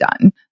done